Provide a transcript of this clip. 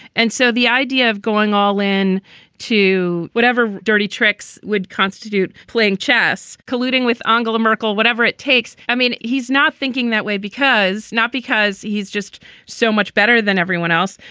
and so the idea of going all in to whatever dirty tricks would constitute playing chess, colluding with angela merkel, whatever it takes. i mean, he's not thinking that way because not because he's just so much better than everyone else,